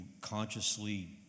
consciously